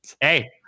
hey